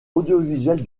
audiovisuelle